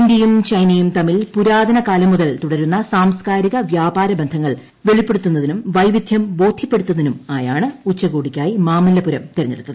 ഇന്ത്യയും ചൈനയും തമ്മിൽ പുരാതന കാലം മുതൽ തുടരുന്ന സാംസ്കാരിക വ്യാപാര ബന്ധങ്ങൾ വെളിപ്പെടുത്തുന്നതിനും വൈവിദ്ധ്യം ബോധ്യപ്പെടുത്തുന്നതിനുമായാണ് ഉച്ചകോടിയ്ക്കായി മാമല്ലപുരം തെരഞ്ഞെടുത്ത്